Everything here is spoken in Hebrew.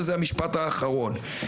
וזה המשפט האחרון.